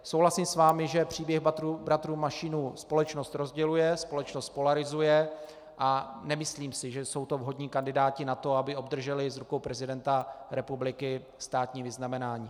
Souhlasím s vámi, že příběh bratrů Mašínů společnost rozděluje, společnost polarizuje, a nemyslím si, že jsou to vhodní kandidáti na to, aby obdrželi z rukou prezidenta republiky státní vyznamenání.